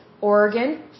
Oregon